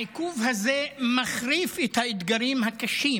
העיכוב הזה מחריף את האתגרים הקשים